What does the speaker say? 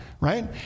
right